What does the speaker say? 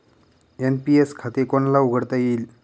NPS खाते कोणाला उघडता येईल?